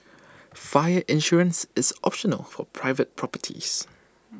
fire insurance is optional for private properties